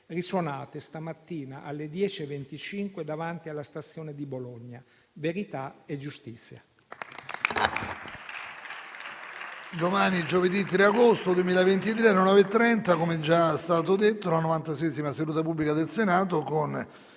risuonate questa mattina alle 10,25 davanti alla stazione di Bologna: verità e giustizia.